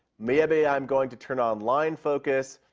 maybe i'm going to turn on line focus,